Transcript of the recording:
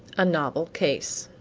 a novel case